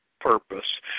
purpose